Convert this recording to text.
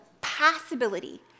possibility